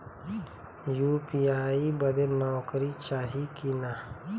UPI बदे नौकरी चाही की ना?